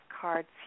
cards